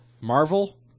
Marvel